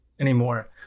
anymore